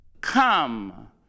Come